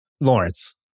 Lawrence